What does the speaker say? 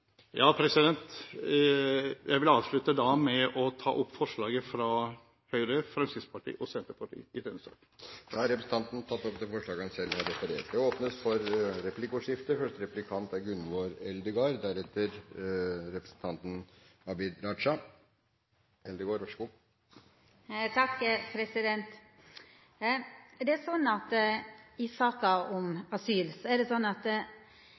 Ja, jeg vil avslutte med å ta opp forslaget fra Kristelig Folkeparti, Fremskrittspartiet og Senterpartiet. Representanten Helge Thorheim har tatt opp forslaget han refererte til. Det blir replikkordskifte. I saka om asyl er det slik at